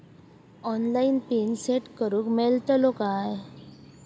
Online PIN set करूक मेलतलो काय?